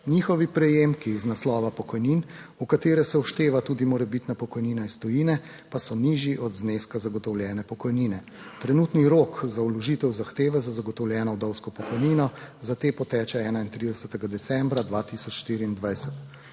Njihovi prejemki iz naslova pokojnin, v katere se všteva tudi morebitna pokojnina iz tujine, pa so nižji od zneska zagotovljene pokojnine. Trenutni rok za vložitev zahteve za zagotovljeno vdovsko pokojnino za te poteče 31. decembra 2024.